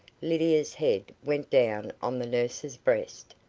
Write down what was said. lydia's head went down on the nurse's breast,